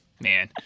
Man